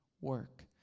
work